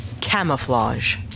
Camouflage